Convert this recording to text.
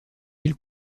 îles